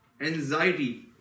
anxiety